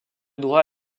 droit